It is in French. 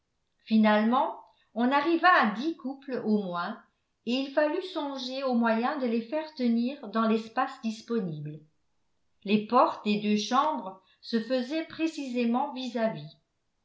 finalement on arriva à dix couples au moins et il fallut songer au moyen de les faire tenir dans l'espace disponible les portes des deux chambres se faisaient précisément vis-à-vis